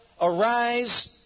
arise